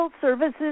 services